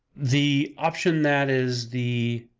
the option that is the